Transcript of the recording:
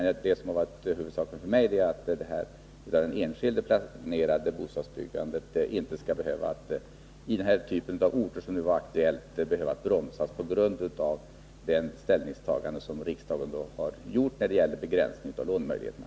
Det huvudsakliga för mig har varit att av den enskilde planerat bostadsbyggande på den typ av orter som här har varit aktuell inte skall behöva bromsas på grund av det ställningstagande som riksdagen gjort när det gäller begränsningen av lånemöjligheterna.